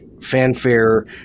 fanfare